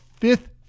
fifth